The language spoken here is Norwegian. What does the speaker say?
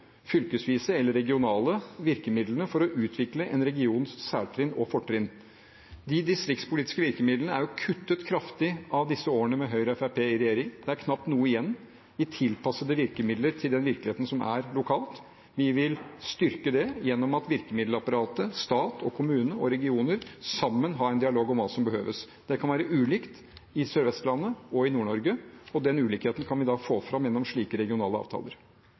fylkesvise eller regionale virkemidlene for å utvikle en regions særtrekk og fortrinn. De distriktspolitiske virkemidlene er kuttet kraftig disse årene, med Høyre og Fremskrittspartiet i regjering. Det er knapt noe igjen i tilpassede virkemidler til den virkeligheten som er lokalt. Vi vil styrke det gjennom at virkemiddelapparatet – stat, kommuner og regioner – sammen har en dialog om hva som behøves. Det kan være ulikt på Sør-Vestlandet og i Nord-Norge, og den ulikheten kan vi få fram gjennom slike regionale avtaler.